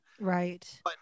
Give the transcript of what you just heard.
right